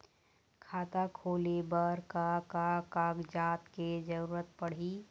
खाता खोले बर का का कागजात के जरूरत पड़ही?